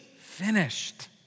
finished